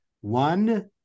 One